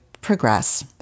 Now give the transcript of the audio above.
progress